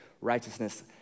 righteousness